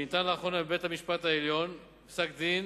שניתן לאחרונה בבית-המשפט העליון, ופסק-דין